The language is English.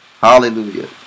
Hallelujah